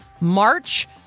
March